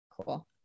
Cool